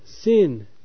sin